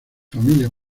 familia